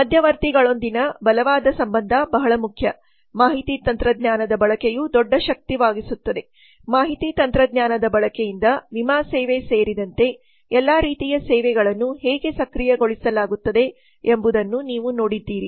ಮಧ್ಯವರ್ತಿಗಳೊಂದಿಗಿನ ಬಲವಾದ ಸಂಬಂಧ ಬಹಳ ಮುಖ್ಯ ಮಾಹಿತಿ ತಂತ್ರಜ್ಞಾನದ ಬಳಕೆಯು ದೊಡ್ಡ ಶಕ್ತವಾಗಿಸುತ್ತದೆ ಮಾಹಿತಿ ತಂತ್ರಜ್ಞಾನದ ಬಳಕೆಯಿಂದ ವಿಮಾ ಸೇವೆ ಸೇರಿದಂತೆ ಎಲ್ಲಾ ರೀತಿಯ ಸೇವೆಗಳನ್ನು ಹೇಗೆ ಸಕ್ರಿಯಗೊಳಿಸಲಾಗುತ್ತಿದೆ ಎಂಬುದನ್ನು ನೀವು ನೋಡಿದ್ದೀರಿ